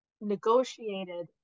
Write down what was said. negotiated